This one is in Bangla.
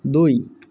দুই